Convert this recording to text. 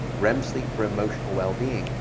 rem sleep, for emotional well-being,